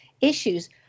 issues